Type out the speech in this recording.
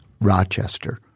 Rochester